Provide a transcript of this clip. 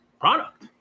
product